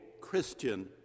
Christian